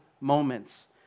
moments